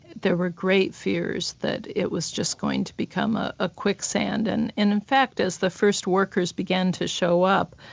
there were great fears that it was just going to become a ah quicksand, and in in fact as the first workers began to show up,